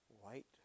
white